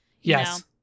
Yes